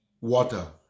water